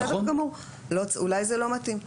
בסדר גמור, אולי זה לא מתאים.